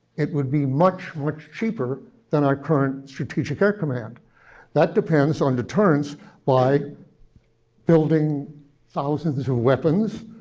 it would be much, much cheaper than our current strategic air command that depends on deterrence by building thousands of weapons,